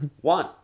One